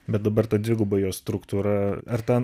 bet dabar ta dviguba jos struktūra ar ten